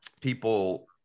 people